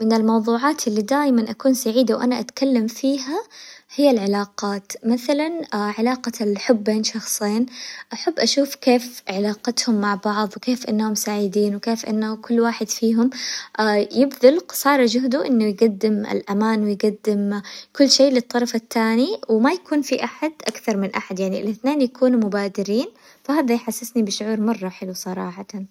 من الموظوعات اللي دايماً أكون سعيدة وأنا أكلم فيها هي العلاقات، مثلاً علاقة الحب بين شخصين أحب أشوف كيف علاقتهم مع بعظ كيف إنهم سعيدين، وكيف إنه كل واحد فيهم يبذل قصارى جهده إنه يقدم الأمان ويقدم كل شي للطرف التاني، وما يكون في أحد أكثر من أحد يعني الاثنين يكونوا مبادرين، فهدا يحسسني بشعور مرة حلو صراحةً.